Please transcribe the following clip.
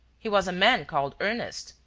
he was a man called ernest,